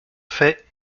fait